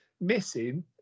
missing